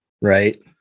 Right